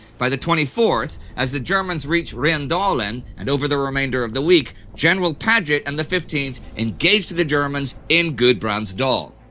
by the twenty fourth, as the germans reach rendalen and over the remainder of the week, general paget and the fifteenth engage the germans in gudbrandsdal.